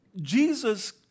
Jesus